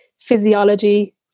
physiology